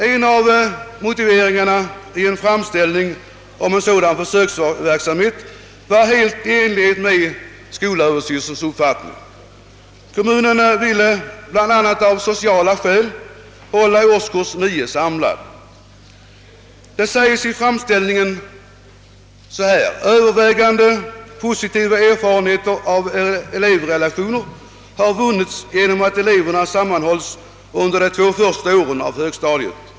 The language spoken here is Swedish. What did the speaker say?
En av motiveringarna i en framställning om sådan försöksverksamhet var helt i enlighet med skolöverstyrelsens uppfattning. Kommunen ville av bl.a. sociala skäl hålla årskurs 9 samlad. Det sägs i framställningen: »Övervägande positiva erfarenheter av elevrelationer har vunnits genom att eleverna sammanhålls under de två första åren av högstadiet.